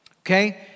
Okay